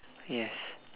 yes